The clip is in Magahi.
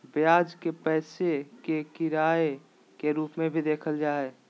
ब्याज के पैसे के किराए के रूप में भी देखल जा हइ